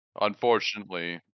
unfortunately